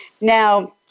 Now